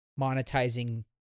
monetizing